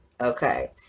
Okay